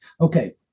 okay